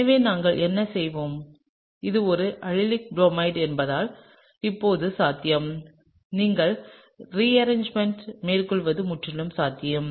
எனவே நாங்கள் என்ன செய்வோம் இது ஒரு அல்லிக் புரோமைடு என்பதால் இப்போது சாத்தியம் நீங்கள் ரீயரேஜ்மென்ட் மேற்கொள்வது முற்றிலும் சாத்தியம்